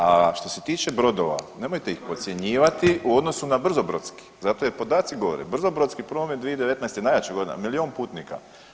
A što se tiče brodova nemojte ih podcjenjivati u odnosu na brzobrodski zato jer podaci govori brzobrodski promet 2019. je najjača godina, milijun putnika.